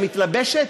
המתלבשת,